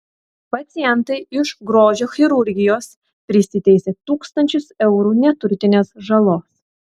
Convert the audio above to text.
pacientai iš grožio chirurgijos prisiteisė tūkstančius eurų neturtinės žalos